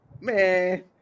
man